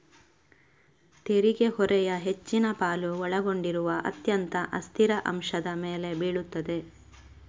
ತೆರಿಗೆ ಹೊರೆಯ ಹೆಚ್ಚಿನ ಪಾಲು ಒಳಗೊಂಡಿರುವ ಅತ್ಯಂತ ಅಸ್ಥಿರ ಅಂಶದ ಮೇಲೆ ಬೀಳುತ್ತದೆ